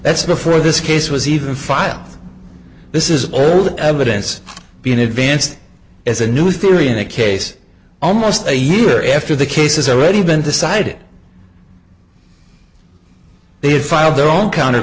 that's before this case was even filed this is old evidence being advanced as a new theory in a case almost a year after the case is already been decided they'd filed their own counter